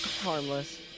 Harmless